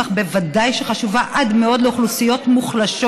אך ודאי שהיא חשובה עד מאוד לאוכלוסיות מוחלשות,